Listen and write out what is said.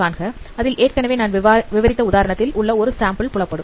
காண்க அதில் ஏற்கனவே நான் விவரித்த உதாரணத்தில் உள்ள ஒரு சாம்பிள் புலப்படும்